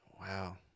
Wow